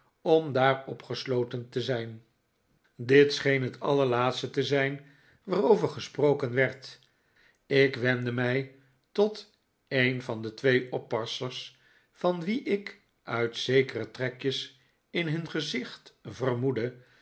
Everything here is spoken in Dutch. om daar opgesloten te zijn dit scheen het allerlaatste te zijn waarover gesproken werd ik wendde mij tot een van de twee oppassers van wie ik uit zekere trekjes in hun gezicht vermoedde